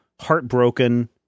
heartbroken